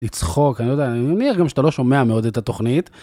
לצחוק אני לא יודע, אני מניח גם שאתה לא שומע מאוד את התוכנית.